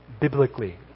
Biblically